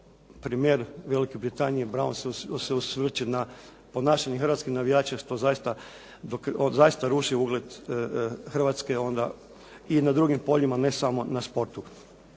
premijer Velike Britanije Braun se osvrće na ponašanje hrvatskih navijača što zaista ruši ugled Hrvatske onda i na drugim poljima, a ne samo na sportu.